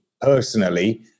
personally